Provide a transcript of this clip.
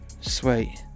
sweet